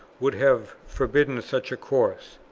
would have forbidden such a course.